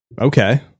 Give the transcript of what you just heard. Okay